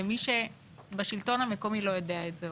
למי שבשלטון המקומי ועוד לא יודע את זה,